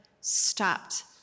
stopped